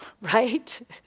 right